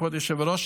כבוד היושב-ראש,